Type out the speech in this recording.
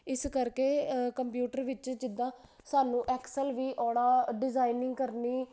ਇਸ ਕਰਕੇ ਕੰਪਿਊਟਰ ਵਿੱਚ ਜਿੱਦਾਂ ਸਾਨੂੰ ਐਕਸਲ ਵੀ ਆਉਣਾ ਡਿਜ਼ਾਇਨਿੰਗ ਕਰਨੀ